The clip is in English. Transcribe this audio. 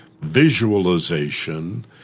visualization